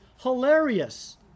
hilarious